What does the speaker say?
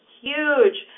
huge